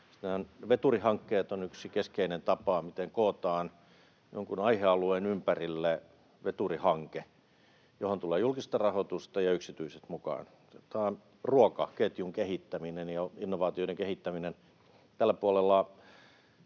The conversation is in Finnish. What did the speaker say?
Veturihankkeet on yksi keskeinen tapa, eli kootaan jonkun aihealueen ympärille veturihanke, johon tulee julkista rahoitusta ja yksityiset mukaan. Otetaan ruokaketjun kehittäminen ja innovaatioiden kehittäminen. Tällä puolella